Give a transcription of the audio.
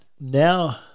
Now